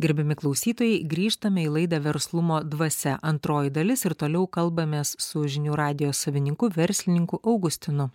gerbiami klausytojai grįžtame į laidą verslumo dvasia antroji dalis ir toliau kalbamės su žinių radijo savininku verslininku augustinu